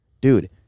Dude